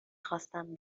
خواستم